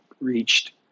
reached